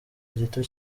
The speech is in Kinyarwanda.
gito